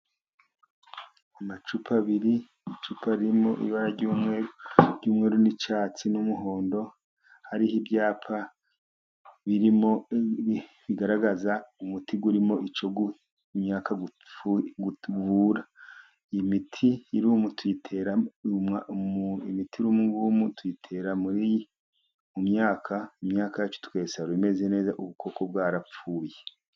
Amacupa abiri, icupa ririmo ibara ry'umweru, ry'umweru n'icyatsi n'umuhondo, hariho ibyapa birimo bigaragaza umuti urimo icyo imyaka uvura iyi miti iri mwo tuyitera, imiti tuyitera mu myaka, imyaka yacu tukayisarura imeze neza ubukoko bwarapfuye.